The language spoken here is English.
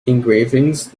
engravings